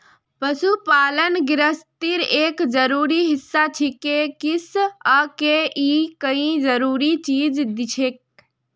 पशुपालन गिरहस्तीर एक जरूरी हिस्सा छिके किसअ के ई कई जरूरी चीज दिछेक